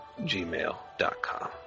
gmail.com